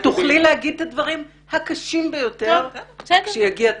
את תוכלי להגיד את הדברים הקשים ביותר כשיגיע תורך.